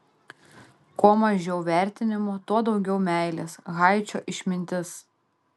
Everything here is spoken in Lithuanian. kuo mažiau vertinimo tuo daugiau meilės haičio išmintis